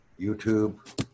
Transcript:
YouTube